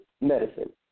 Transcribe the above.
medicine